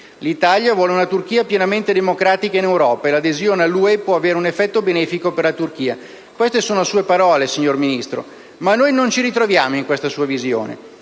«L'Italia vuole una Turchia pienamente democratica in Europa e l'adesione all'UE può avere un effetto benefico per la Turchia»: queste sono sue parole, signora Ministro. Ma noi non ci ritroviamo in questa sua visione.